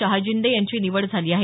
शहाजिंदे यांची निवड झाली आहे